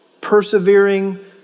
persevering